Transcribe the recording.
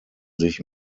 sich